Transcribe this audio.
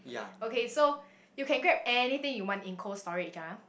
okay so you can grab anything you want in Cold-Storage ah